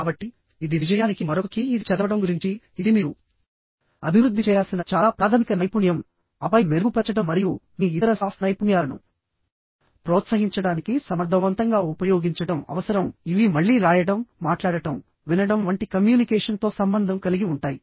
కాబట్టి ఇది విజయానికి మరొక కీ ఇది చదవడం గురించి ఇది మీరు అభివృద్ధి చేయాల్సిన చాలా ప్రాథమిక నైపుణ్యం ఆపై మెరుగుపరచడం మరియు మీ ఇతర సాఫ్ట్ నైపుణ్యాలను ప్రోత్సహించడానికి సమర్థవంతంగా ఉపయోగించడం అవసరంఇవి మళ్లీ రాయడం మాట్లాడటం వినడం వంటి కమ్యూనికేషన్తో సంబంధం కలిగి ఉంటాయి